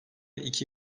iki